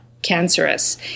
Cancerous